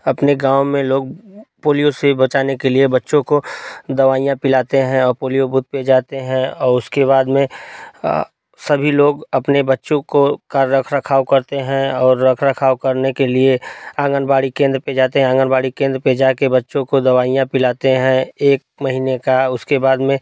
अपने गाँव में लोग पोलिओ से बचाने के लिए बच्चों को दवाइयाँ पिलाते हैं और पोलियो बूथ पे जाते हैं और उसके बाद में सभी लोग अपने बच्चों को का रखरखाव करते हैं और रखरखाव करने के लिए आंगनबाड़ी केंद्र पे जाते हैं आंगनबाड़ी केंद्र पे जा के बच्चों को दवाइयाँ पिलाते हैं एक महीने का उसके बाद में